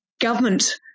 government